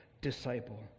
disciple